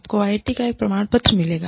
आपको आईआईटी का एक प्रमाणपत्र मिलेगा